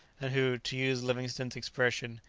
and who, to use livingstone's expression,